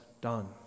done